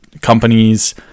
companies